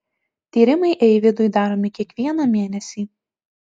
tyrimai eivydui daromi kiekvieną mėnesį